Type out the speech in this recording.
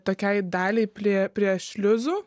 tokiai daliai prie prie šliuzų